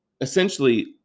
essentially